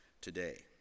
today